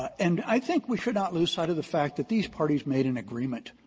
and i think we should not lose sight of the fact that these parties made an agreement.